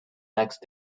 next